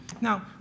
Now